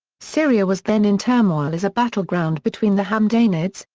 syria was then in turmoil as a battleground between the hamdanids,